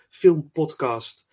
filmpodcast